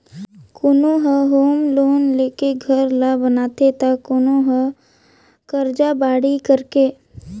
कोनो हर home loan लेके घर ल बनाथे त कोनो हर करजा बादी करके